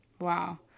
Wow